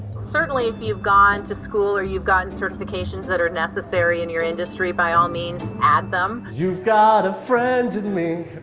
certainly, if you've gone to school or you've gotten certifications that are necessary in your industry. by all means, add them. you've got a friend in me